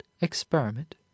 experiment